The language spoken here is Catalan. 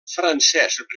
francesc